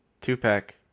two-pack